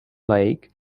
lake